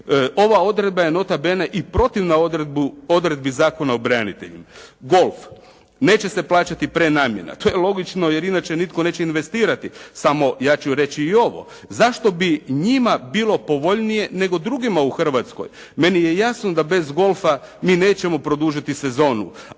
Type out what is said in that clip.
Ova odredba je nota bene i protivna odredbi Zakona o braniteljima. Golf, neće se plaćati prenamjena. To je logično jer inače nitko neće investirati, samo ja ću reći i ovo. Zašto bi njima bilo povoljnije nego drugima u Hrvatskoj? Meni je jasno da bez golfa mi nećemo produžiti sezonu,